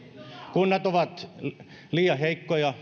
kunnat ovat liian heikkoja